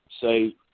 say